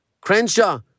Crenshaw